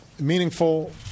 meaningful